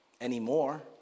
anymore